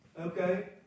okay